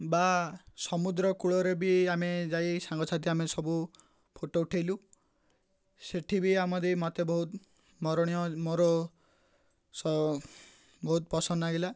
ବା ସମୁଦ୍ରକୂଳରେ ବି ଆମେ ଯାଇ ସାଙ୍ଗସାଥି ଆମେ ସବୁ ଫଟୋ ଉଠାଇଲୁ ସେଠି ବି ଆମ ମୋତେ ବହୁତ ସ୍ମରଣୀୟ ମୋର ବହୁତ ପସନ୍ଦ ଲାଗିଲା